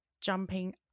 Jumping